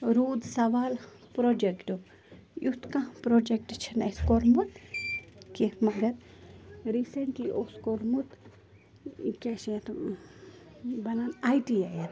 روٗد سَوال پرٛوجیٚکٹُک یُتھ کانٛہہ پرٛوجیٚکٹہٕ چھِنہٕ اسہِ کوٚرمُت کیٚنٛہہ مگر ریٖسیٚنٛٹلی اوٗس کوٚرمُت کیاہ چھِ اَتھ وَنان آی ٹی آی